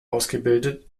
ausgebildet